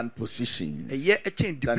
positions